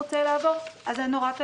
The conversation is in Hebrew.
אם המצב שלו הוא מצב דחוף